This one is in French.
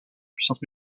puissance